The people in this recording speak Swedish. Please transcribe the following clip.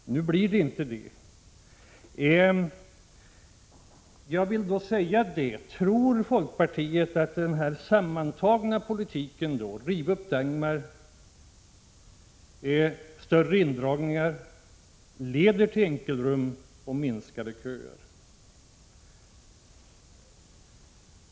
Nu blir det inte så. Tror folkpartiet att denna politik, med förslag om att riva upp Dagmar och att göra större indragningar, sammantaget leder till enkelrum och minskade köer?